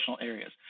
areas